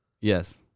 Yes